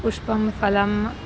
पुष्पं फलं